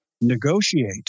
negotiate